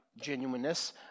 genuineness